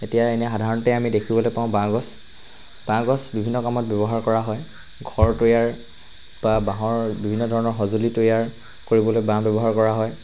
এতিয়া এনে সাধাৰণতে আমি দেখিবলৈ পাওঁ বাঁহগছ বাঁহগছ বিভিন্ন কামত ব্যৱহাৰ কৰা হয় ঘৰ তৈয়াৰ বা বাঁহৰ বিভিন্ন ধৰণৰ সঁজুলি তৈয়াৰ কৰিবলৈ বাঁহ ব্যৱহাৰ কৰা হয়